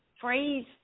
phrase